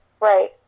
Right